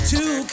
Two